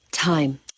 time